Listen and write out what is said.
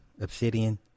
Obsidian